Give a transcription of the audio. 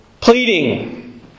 pleading